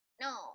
no